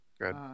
Good